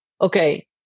okay